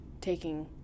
taking